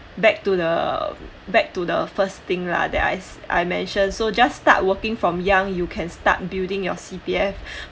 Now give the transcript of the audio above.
back to the first thing lah that I I mention so just start working from young you can start building your C_P_F